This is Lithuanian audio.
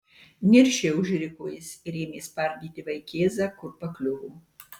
niršiai užriko jis ir ėmė spardyti vaikėzą kur pakliuvo